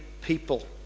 people